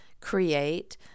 create